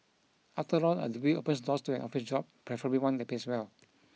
after all a degree opens doors to an office job preferably one that pays well